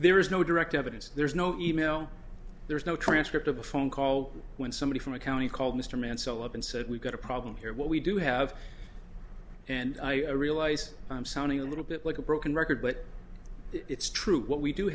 there is no direct evidence there's no e mail there's no transcript of a phone call when somebody from accounting called mr mansell up and said we've got a problem here what we do have and i realize i'm sounding a little bit like a broken record but it's true what we do